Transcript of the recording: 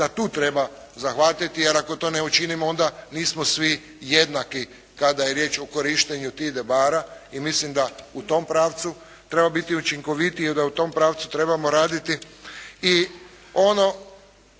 da tu treba zahvatiti, jer ako to ne učinimo onda nismo svi jednaki kada je riječ o korištenju tih dobara i mislim da u tom pravcu treba biti učinkovitiji i da u tom pravcu trebamo raditi